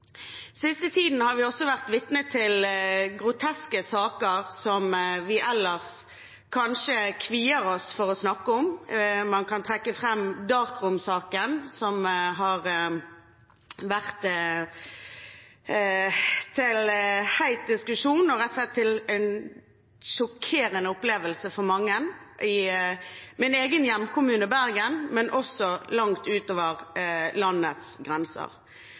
siste tiden har vi også vært vitne til groteske saker, som vi ellers kanskje kvier oss for å snakke om. Man kan trekke fram Dark Room-saken, som har vært til het diskusjon og en sjokkerende opplevelse for mange i min egen hjemkommune, Bergen, men også langt utover landets grenser.